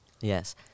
yes